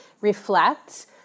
reflect